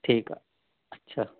ठीकु आहे अच्छा